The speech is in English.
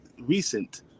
recent